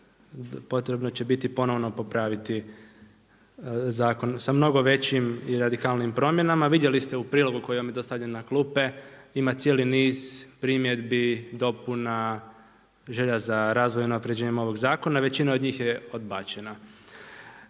potrebno će biti ponovno popraviti zakon sa mnogo većim i radikalnijim promjenama. Vidjeli ste u prilogu koji vam je dostavljen na klupe, ima cijeli niz primjedbi, dopuna, želja za razvoj i unapređenjem ovog zakona, većina od njih je odbačena.